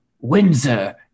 Windsor